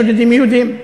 אין שודדים יהודים?